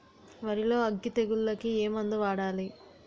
వరిలో అగ్గి తెగులకి ఏ మందు వాడాలి?